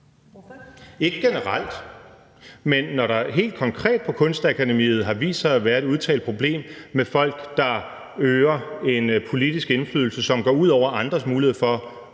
Ikke generelt, men når der helt konkret på Kunstakademiet har vist sig at være et udtalt problem med folk, der øver en politisk indflydelse, som går ud over andres mulighed for at udtrykke